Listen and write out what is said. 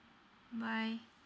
bye